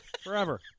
Forever